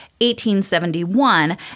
1871